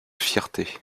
fierté